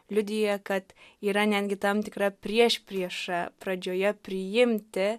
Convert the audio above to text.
liudija kad yra netgi tam tikra priešprieša pradžioje priimti